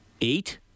Eight